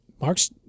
Mark's